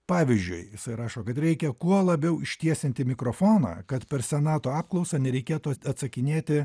pavyzdžiui jisai rašo kad reikia kuo labiau ištiesinti mikrofoną kad per senato apklausą nereikėtų atsakinėti